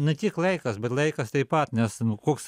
na tik laikas bet laikas taip pat nes nu koks